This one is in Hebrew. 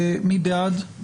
מי בעד?